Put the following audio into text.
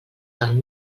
del